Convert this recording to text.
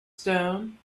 stone